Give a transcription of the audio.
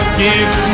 give